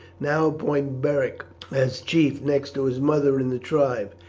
now appoint beric as chief next to his mother in the tribe,